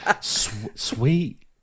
Sweet